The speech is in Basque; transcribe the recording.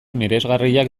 miresgarriak